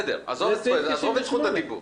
בסדר, עזוב את זכות הדיבור.